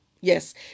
yes